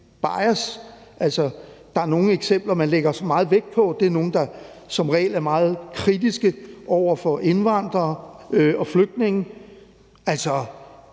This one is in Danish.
altså der er nogle eksempler, man lægger meget vægt på. Det er nogle, hvor der er meget kritik af indvandrere og flygtninge –